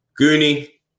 Goonie